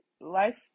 Life